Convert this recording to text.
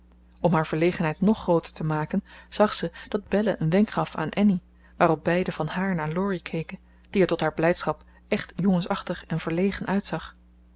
om haar verlegenheid nog grooter te maken zag ze dat belle een wenk gaf aan annie waarop beiden van haar naar laurie keken die er tot haar blijdschap echt jongensachtig en verlegen uitzag